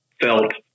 felt